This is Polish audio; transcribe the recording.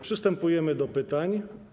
Przystępujemy do pytań.